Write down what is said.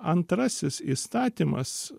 antrasis įstatymas